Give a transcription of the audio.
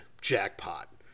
jackpot